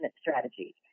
strategy